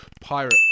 Pirate